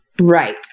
Right